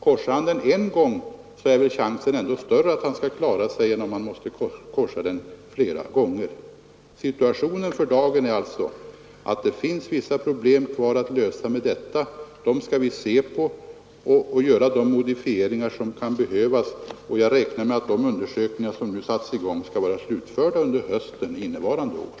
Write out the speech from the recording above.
Chansen att klara sig är väl större om han korsar den en gång än om han måste korsa den flera gånger. Situationen för dagen är att vissa problem finns kvar att lösa i detta sammanhang. Vi skall studera dem och göra de modifieringar som kan behövas, och jag räknar med att de undersökningar som nu satts i gång skall vara slutförda under hösten innevarande år.